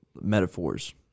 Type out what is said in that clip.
metaphors